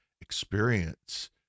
experience